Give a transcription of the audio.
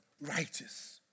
righteous